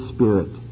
Spirit